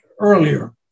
earlier